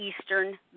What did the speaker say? Eastern